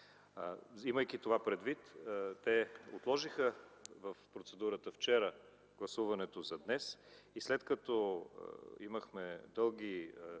Вземайки това предвид, те отложиха в процедурата вчера гласуването за днес и след като имахме дълги